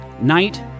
Night